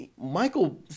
Michael